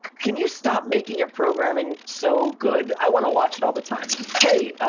can you stop making your programming so good? i want to watch it all the time. hey, ah